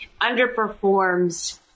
underperforms